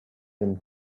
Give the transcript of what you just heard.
some